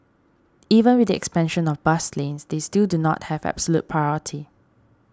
even with the expansion of bus lanes they still do not have absolute priority